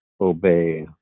obey